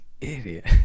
Idiot